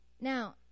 Now